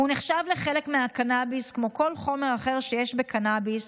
הוא נחשב לחלק מהקנביס כמו כל חומר אחר שיש בקנביס,